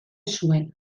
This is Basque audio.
zuen